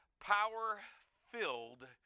power-filled